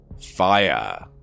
Fire